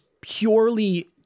purely